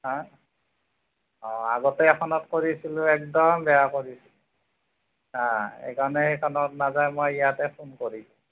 হা অঁ আগতে এখনত কৰিছিলোঁ একদম বেয়া কৰি দিলে সেইকাৰণে সেইখনত নাযায় মই ইয়াতে ফোন কৰিছোঁ